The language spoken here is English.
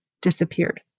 disappeared